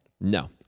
No